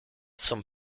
some